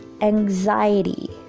Anxiety